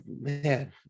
man